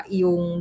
yung